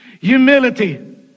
humility